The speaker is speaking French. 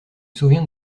souviens